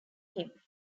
him